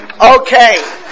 Okay